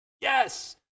Yes